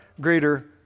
greater